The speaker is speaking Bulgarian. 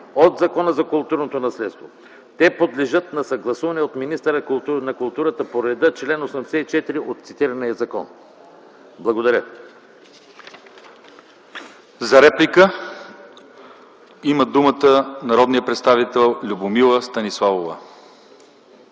от Закона за културното наследство те подлежат на съгласуване от министъра на културата по реда на чл. 84 от цитирания закон. Благодаря. ПРЕДСЕДАТЕЛ ЛЪЧЕЗАР ИВАНОВ: За реплика има думата народният представител Любомила Станиславова.